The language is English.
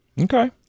Okay